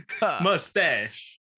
Mustache